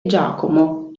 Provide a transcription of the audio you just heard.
giacomo